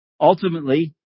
ultimately